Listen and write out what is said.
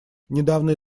недавние